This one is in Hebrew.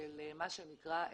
מה שנקרא תשלומים.